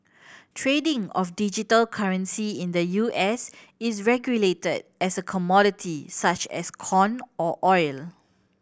trading of digital currency in the U S is regulated as a commodity such as corn or oil